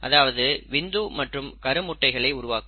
அதாவது விந்து மற்றும் கரு முட்டைகளை உருவாக்கும்